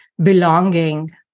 belonging